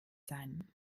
sein